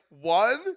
one